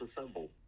Assemble